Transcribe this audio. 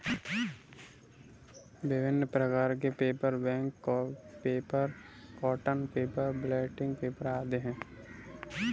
विभिन्न प्रकार के paper, bank paper, cotton paper, blotting paper आदि हैं